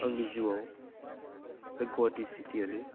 आंनि जिउवाव बे गहाटि सिटि यानो